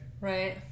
Right